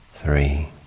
three